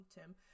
Tim